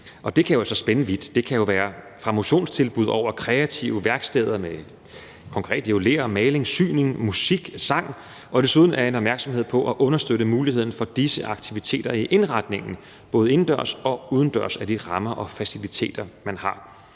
Det kan jo være fra motionstilbud over kreative værksteder, konkret med ler, maling, syning, musik, sang, og hvor der desuden er en opmærksomhed på at understøtte muligheden for disse aktiviteter i indretningen både indendørs og udendørs af de rammer og faciliteter, man har.